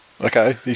Okay